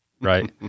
right